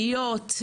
להיות,